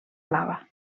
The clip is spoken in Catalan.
lava